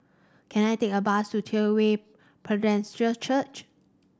can I take a bus to True Way Presbyterian Church